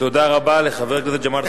תודה רבה לחבר הכנסת ג'מאל זחאלקה.